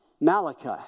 Malachi